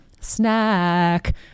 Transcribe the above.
snack